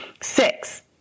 six